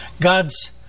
God's